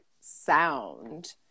sound